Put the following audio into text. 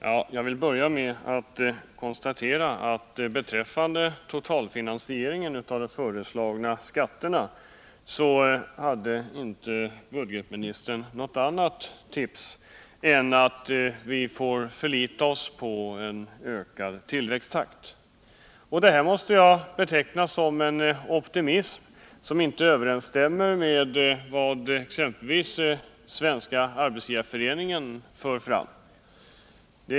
Herr talman! Jag vill börja med att konstatera att budgetministern beträffande totalfinansieringen av de föreslagna skatterna inte hade något annat att säga än att vi får förlita oss på en ökad tillväxttakt. Det måste jag beteckna som en optimism som inte överensstämmer med vad exempelvis Svenska arbetsgivareföreningen framhåller.